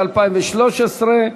התשע"ד 2013,